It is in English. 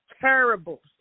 terrible